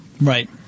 Right